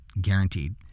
Guaranteed